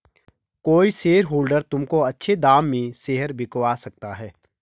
कोई शेयरहोल्डर तुमको अच्छे दाम में शेयर बिकवा सकता है